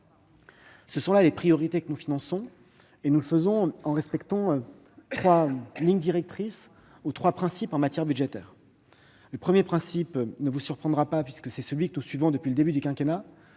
sont les priorités que nous finançons, et nous le faisons en respectant trois lignes directrices en matière budgétaires. La première ligne directrice ne vous surprendra pas, puisque c'est celui que nous suivons depuis le début du quinquennat